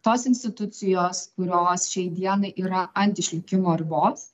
tos institucijos kurios šiai dienai yra ant išlikimo ribos